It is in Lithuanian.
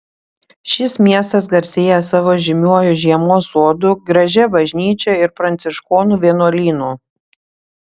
šis miestas garsėja savo žymiuoju žiemos sodu gražia bažnyčia ir pranciškonų vienuolynu